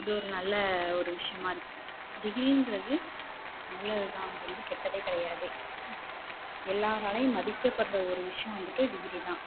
இது ஒரு நல்ல ஒரு விஷயமா இருக்கு டிகிரிங்கறது நல்லது தான் அது வந்து கெட்டது கிடையாது எல்லோராலையும் மதிக்கப்படுற ஒரு விஷயம் வந்துட்டு டிகிரி தான்